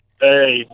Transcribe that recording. Hey